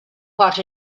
what